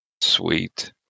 Sweet